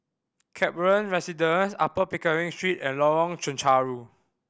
Kaplan Residence Upper Pickering Street and Lorong Chencharu